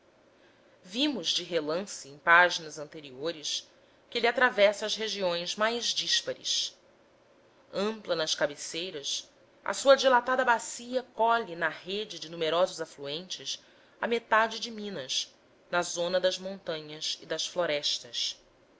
vimos de relance em páginas anteriores que ele atravessa as regiões mais díspares ampla nas cabeceiras a sua dilatada bacia colhe na rede de numerosos afluentes a metade de minas na zona das montanhas e das florestas